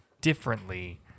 differently